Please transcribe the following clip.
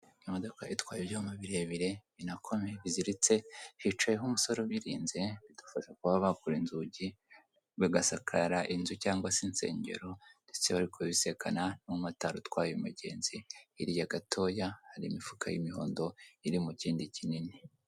Imodoka itwaye ibyuma birebire binakomeye biziritse, hicayeho umusore ubirinze, bidufasha kuba bakora inzugi bagasakara inzu cyangwa se insengero ndetse bari kubisikana n'umumotari utwaye umugenzi hirya gatoya hari imifuka y'imihondo iri mu kindi kinini.